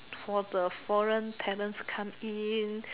for the foreign talents come in